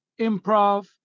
improv